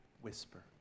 whisper